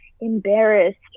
embarrassed